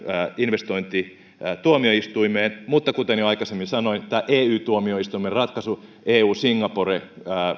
investointituomioistuimeen mutta kuten jo aikaisemmin sanoin tämä ey tuomioistuimen ratkaisu eu singapore